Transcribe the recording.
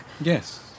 yes